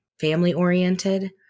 family-oriented